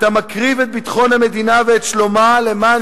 אתה מקריב את ביטחון המדינה ואת שלומה למען